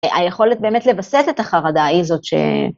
היכולת באמת לבסס את החרדה היא זאת ש...